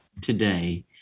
today